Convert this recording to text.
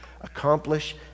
accomplish